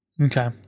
Okay